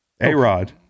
A-Rod